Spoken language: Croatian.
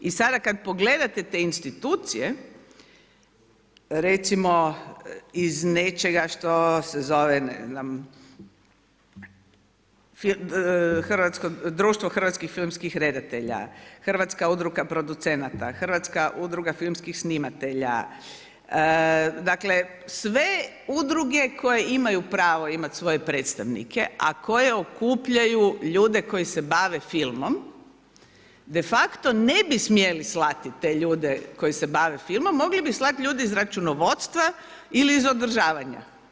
I sada kada pogledate te institucije, recimo, iz nečega što se zove, ne znam, društvo hrvatskih filmskih redatelja, hrvatska udruga producenata, Hrvatska udruga filmskih snimatelja, dakle, sve udruge koje imaju pravo imati svoje predstavnike, a koje okupljaju ljude koji se bave filmom, de facto ne bi smjeli slati te ljude koji se bave filmom, mogli bi slati ljude iz računovodstva ili iz održanja.